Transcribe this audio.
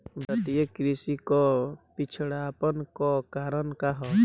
भारतीय कृषि क पिछड़ापन क कारण का ह?